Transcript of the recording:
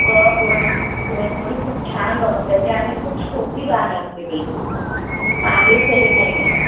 अगं पुरण पुरणपोळी खूप छान बनवता येते आणि खूप सोप्पी आहे अगदी बिलकुल काहीच हे नाही आहे त्याला